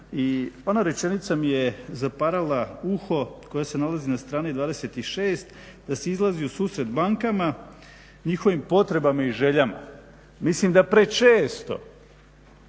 ona rečenica mi je zaparala uho koja se nalazi na strani 26. da se izlazi u susret bankama, njihovim potrebama i željama. Mislim da prečesto